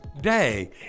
day